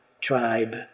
tribe